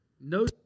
no